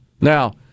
Now